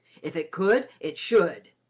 if it could, it should.